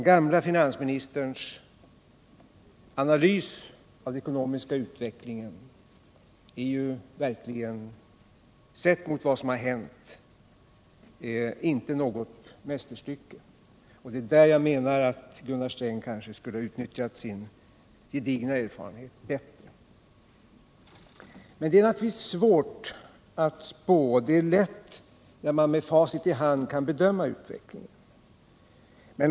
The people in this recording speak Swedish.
Den f. d. finansministerns analys av den ekonomiska utvecklingen är verkligen mot bakgrund av vad som har hänt inte något mästerstycke, och det är på den punkten jag menar att Gunnar Sträng kanske skulle ha utnyttjat sin gedigna erfarenhet bättre. Men det är naturligtvis svårt att spå. Det är lätt när man med facit i hand bedömer utvecklingen.